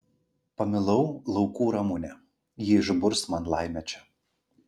pamilau laukų ramunę ji išburs man laimę čia